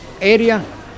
Area